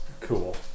Cool